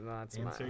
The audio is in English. answer